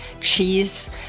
cheese